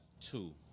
two